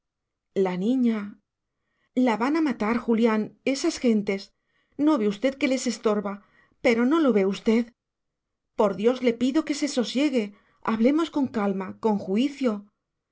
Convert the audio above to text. la niña la van a matar julián esas gentes no ve usted que les estorba pero no lo ve usted por dios le pido que se sosiegue hablemos con calma con juicio